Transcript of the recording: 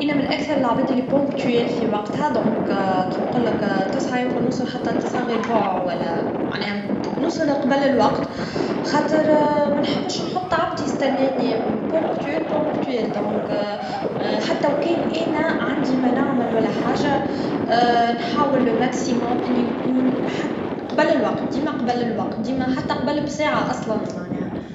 عادةً، نحب نوصل مبكرًا لمقابلة الأصدقاء. نحب تكون عندي فرصة للاستعداد ونتحدث مع الآخرين قبل ما يبدأ اللقاء. هذا يساعدني على الاسترخاء ونتجنب الارتباك. لكن إذا حصل تأخير، نحاول نتواصل ونعلمهم. المهم بالنسبة لي هو الالتزام بالمواعيد وخلق جو مريح.